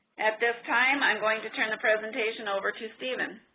at this time i'm going to turn the presentation over to steven.